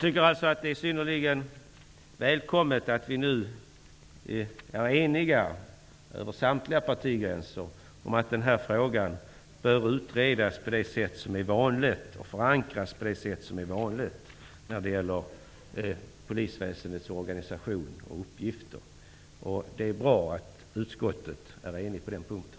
Det är synnerligen välkommet att vi nu över samtliga partigränser är eniga om att den här frågan bör utredas och förankras på det sätt som är vanligt när det gäller polisväsendets organisation och uppgifter. Det är bra att utskottet är enigt på den punkten.